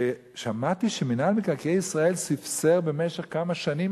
שמעתי שמינהל מקרקעי ישראל ספסר במשך כמה שנים,